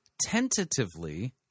tentatively